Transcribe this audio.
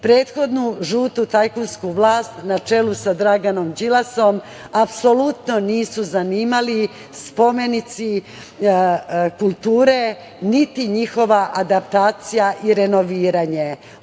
Prethodnu žutu tajkunsku vlast na čelu sa Draganom Đilasom apsolutno nisu zanimali spomenici kulture niti njihova adaptacija i renoviranje.